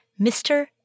Mr